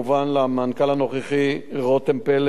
לאנשי הלשכה המשפטית בראשותו של עודד ברוק,